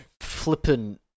flippin